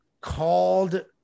called